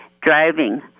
driving